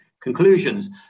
conclusions